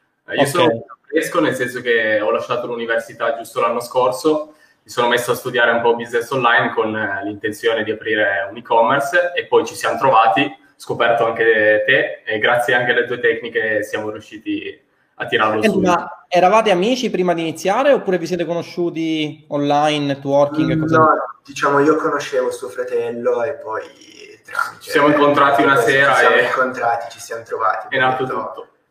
Eh, io Ok. sono fresco, nel senso che ho lasciato l'università giusto l'anno scorso. Mi sono messo a studiare un po' business online con, eh, l'intenzione di aprire un e-commerce e poi ci siamo trovati, scoperto anche te e grazie anche alle tue tecniche siamo riusciti a tirarlo Eh, su. ma eravate amici prima di iniziare oppure vi siete conosciuti online, networking e cose No, del genere? no, diciamo io conoscevo suo fratello e poi tramite- Ci siamo incontrati una Eh, sì, ci sera siamo e- incontrati, ci siamo trovati, è abbiamo nato detto- tutto.